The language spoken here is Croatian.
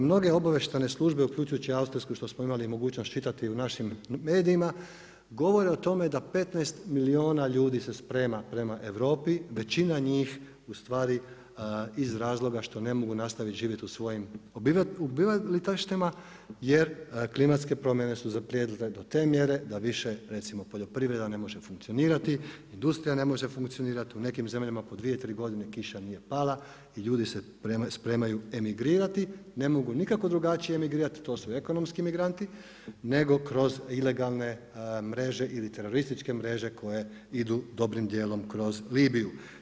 Mnoge obavještajne službe uključujući i austrijsku što smo imali mogućnost čitati u našim medijima, govore o tome da 15 milijuna ljudi se sprema prema Europi, većina njih ustvari iz razloga što ne mogu nastaviti živjeti u svojim obitavalištima jer klimatske promjene su zaprijetile do te mjere da više recimo poljoprivreda ne može funkcionirati, industrija ne može funkcionirati, u nekim zemljama po dvije, tri godine, kiša nije pala, i ljudi se spremaju emigrirati, ne mogu nikako drugačije emigrirati, to su ekonomski emigranti, nego kroz ilegalne mreže ili terorističke mreže koje idu dobrim djelom kroz Libiju.